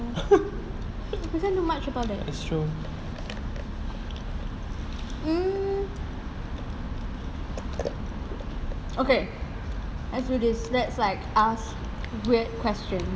isn't too much about it mm okay let's do this let's like ask weird questions